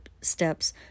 steps